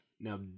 now